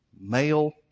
male